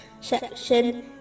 section